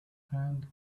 hand